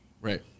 right